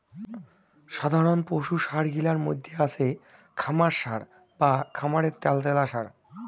সাধারণ পশুর সার গিলার মইধ্যে আছে খামার সার বা খামারের ত্যালত্যালা সার